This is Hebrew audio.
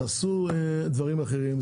תעשו דברים אחרים.